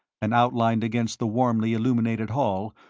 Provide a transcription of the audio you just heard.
and outlined against the warmly illuminated hall,